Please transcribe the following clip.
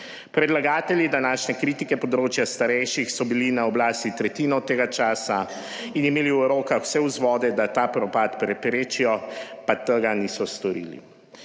Predlagatelji današnje kritike področja starejših so bili na oblasti ⅓ tega časa. In imeli v rokah vse vzvode, da ta propad preprečijo. Pa tega niso storili.